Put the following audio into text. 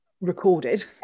recorded